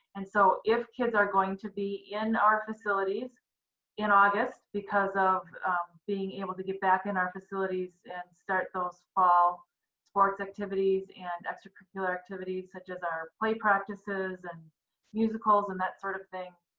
and so, if kids are going to be in our facilities in august because of being able to get back in our facilities and start those fall sports activities and extracurricular activities, such as our play practices and musicals and that sort of thing,